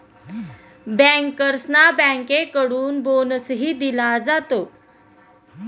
बँकर्सना बँकेकडून बोनसही दिला जातो